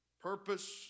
purpose